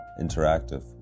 interactive